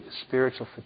spiritual